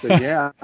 yeah,